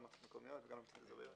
רשויות מקומיות וגם על רשויות אזוריות.